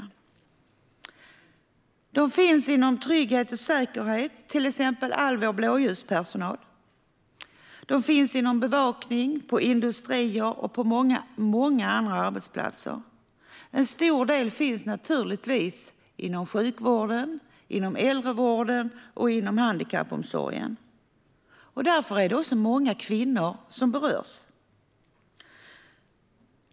De här personerna finns inom trygghet och säkerhet, till exempel all vår blåljuspersonal. De finns inom bevakning på industrier och på många andra arbetsplatser. En stor del finns naturligtvis inom sjukvården, inom äldrevården och inom handikappomsorgen. Därför är det också många kvinnor som berörs.